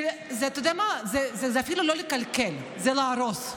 אתה יודע מה, זה אפילו לא לקלקל, זה להרוס,